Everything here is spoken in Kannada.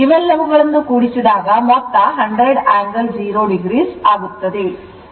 ಇವೆಲ್ಲವುಗಳನ್ನು ಕೂಡಿಸಿದಾಗ ಮೊತ್ತ 100 angle 0o ಆಗುತ್ತದೆ